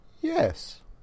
Yes